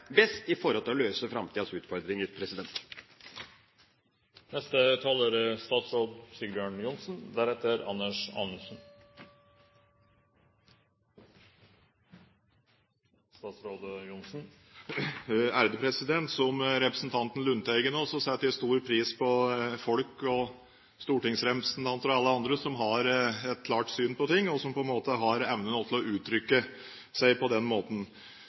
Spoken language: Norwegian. best i forhold til å løse framtidas utfordringer? Som representanten Lundteigen setter også jeg stor pris på folk, på stortingsrepresentanter og på alle andre som har et klart syn på ting, og som på en måte har evnen til å uttrykke seg på den måten.